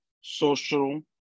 social